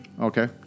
Okay